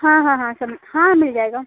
हाँ हाँ हाँ सब हाँ मिल जाएगा